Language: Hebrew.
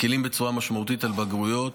מקילים בצורה משמעותית בבגרויות.